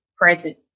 present